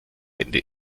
ende